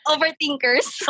Overthinkers